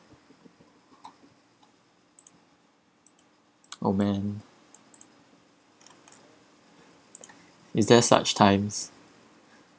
oh man is there such times